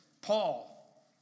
Paul